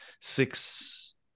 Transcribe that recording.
six